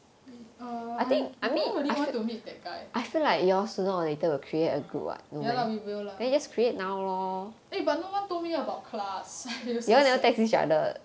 err I don't really want to meet that guy ya lah we will lah eh but no one told me about class I feel so sad